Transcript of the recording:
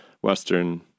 Western